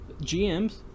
gms